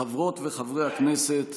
חברות וחברי הכנסת,